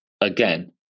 again